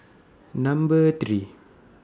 Number three